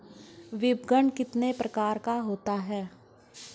विपणन कितने प्रकार का होता है?